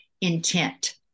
intent